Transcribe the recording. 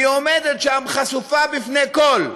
עומדת שם חשופה בפני כול.